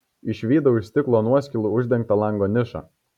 išvydau iš stiklo nuoskilų uždengtą lango nišą